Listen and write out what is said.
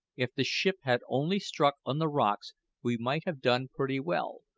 if the ship had only struck on the rocks we might have done pretty well,